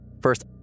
First